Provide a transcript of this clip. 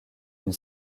une